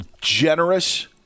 generous